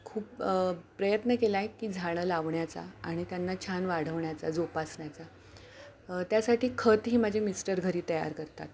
खूप प्रयत्न केला आहे की झाडं लावण्याचा आणि त्यांना छान वाढवण्याचा जोपासण्याचा त्यासाठी खत ही माझे मिस्टर घरी तयार करतात